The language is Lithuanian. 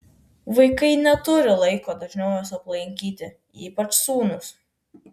vaikai neturi laiko dažniau jos aplankyti ypač sūnus